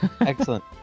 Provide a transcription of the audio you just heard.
Excellent